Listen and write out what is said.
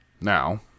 Now